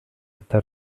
está